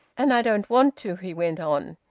and i don't want to, he went on.